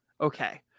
Okay